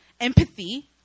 empathy